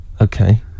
okay